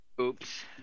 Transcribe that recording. oops